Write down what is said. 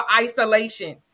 isolation